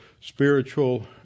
spiritual